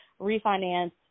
refinance